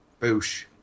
Boosh